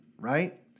right